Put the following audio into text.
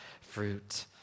fruit